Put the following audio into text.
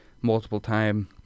multiple-time